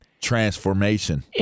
transformation